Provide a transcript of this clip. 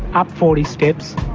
up forty steps,